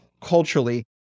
culturally